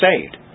saved